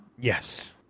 Yes